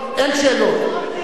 אין שאלות.